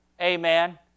amen